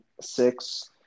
six –